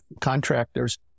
contractors